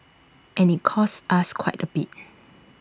and IT costs us quite A bit